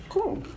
Cool